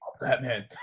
Batman